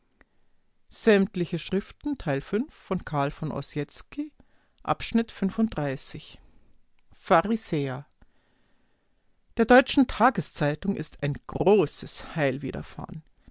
volk pharisäer der deutschen tageszeitung ist ein großes heil widerfahren